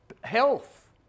health